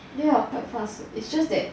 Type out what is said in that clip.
ya quite fast it's just that